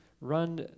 run